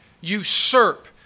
usurp